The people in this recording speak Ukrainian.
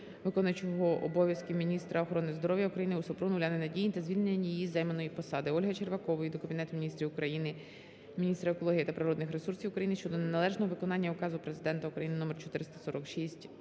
виконуючого обов'язки міністра охорони здоров'я України Супрун Уляни Надії та звільнення її з займаної посади. Ольги Червакової до Кабінету Міністрів України, міністра екології та природних ресурсів України щодо неналежного виконання Указу Президента України номер